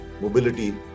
mobility